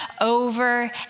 over